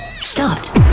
stopped